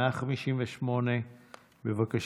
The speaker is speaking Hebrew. בבקשה.